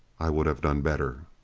i would have done better.